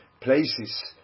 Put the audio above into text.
places